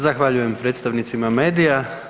Zahvaljujem predstavnicima medija.